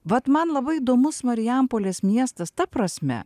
vat man labai įdomus marijampolės miestas ta prasme